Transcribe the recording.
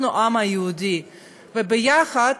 אנחנו העם היהודי וביחד,